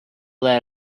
that